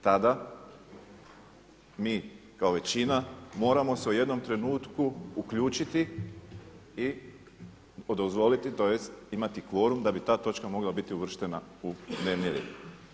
Tada mi kao većina moramo se u jednom trenutku uključiti i dozvoliti, tj. imati kvorum da bi ta točka mogla biti uvrštena u dnevni red.